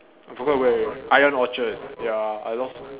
I forgot where already ion Orchard ya I lost